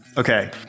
Okay